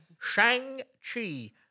Shang-Chi